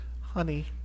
Honey